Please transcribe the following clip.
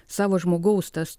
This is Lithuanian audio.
savo žmogaus tas